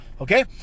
Okay